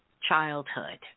childhood